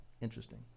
Interesting